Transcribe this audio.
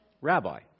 Rabbi